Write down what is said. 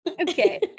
okay